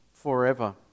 Forever